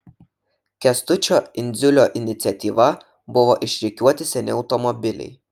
kęstučio indziulo iniciatyva buvo išrikiuoti seni automobiliai